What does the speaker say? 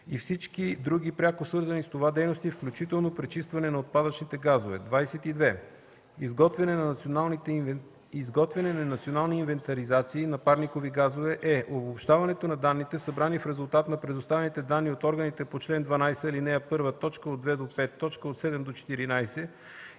и всички други пряко свързани с това дейности, включително пречистване на отпадъчните газове. 22. „Изготвяне на национални инвентаризации на парникови газове” е обобщаването на данните, събрани в резултат на предоставените данни от органите по чл. 12, ал. 1, т. 2-5,